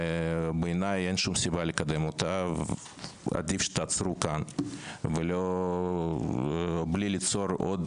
בעיניי אין שום סיבה לקדם אותה ועדיף שתעצרו כאן בלי ליצור עוד